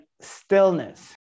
stillness